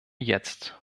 jetzt